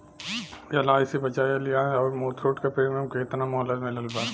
LIC Bajaj Allianz आउर मुथूट के premium के केतना मुहलत मिलल बा?